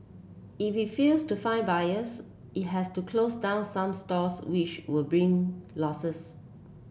if it fails to find buyers it has to close down some stores which will bring losses